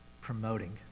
promoting